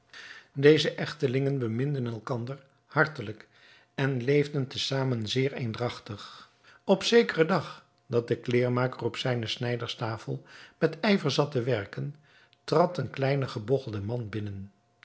deze echtelingen beminden elkander hartelijk en leefden te zamen zeer eendragtig op zekeren dag dat de kleêrmaker op zijne snijderstafel met ijver zat te werken trad een kleine gebogchelde man binnen